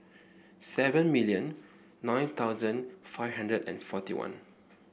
seven million nine thousand five hundred and forty one